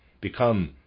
become